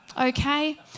okay